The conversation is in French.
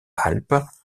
alpes